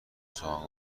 سخن